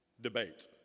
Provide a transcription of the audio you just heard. debate